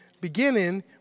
beginning